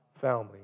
family